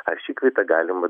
ar šį kvitą galima